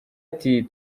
ati